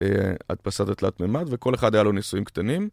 הדפסה בתלת-מדד, וכל אחד היה לו ניסויים קטנים.